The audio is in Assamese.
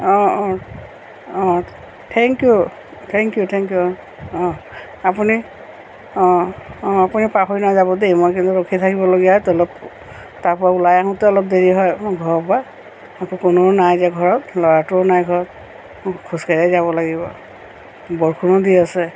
অঁ অঁ অঁ thank you thank you thank you অঁ আপুনি অঁ অঁ আপুনি পাহৰি নাযাব দেই মই কিন্তু ৰখি থাকিবলগীয়াত অলপ তাৰপৰা ওলাই আহোঁতে অলপ দেৰি হয় মোৰ ঘৰৰপৰা আকৌ কোনো নাই যে ঘৰত ল'ৰাটোও নাই ঘৰত খোজকাঢ়িয়ে যাব লাগিব বৰষুণো দি আছে